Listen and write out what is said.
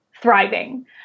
thriving